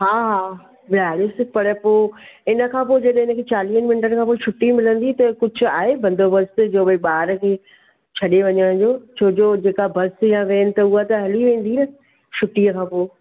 हा हा विहारोसि पर पोइ हिन खां पोइ जॾहिं हिन खे चालीह मिंटनि खां पोइ छुटी मिलंदी त कुझु आहे बंदोबस्त जो भई ॿार जी छॾे वञण जो छो जो जेका बस या वेन त उहा त हली वेंदी न छुटीअ खां पोइ